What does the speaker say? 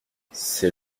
c’est